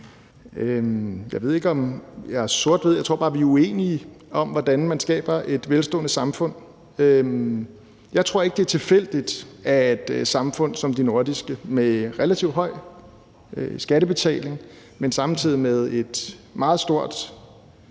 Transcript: Jeg ved ikke, om jeg er sort-hvid, men jeg tror bare, vi er uenige om, hvordan man skaber et velstående samfund. Jeg tror ikke, det er tilfældigt, at samfund som de nordiske med relativt høj skattebetaling, men samtidig med et meget stort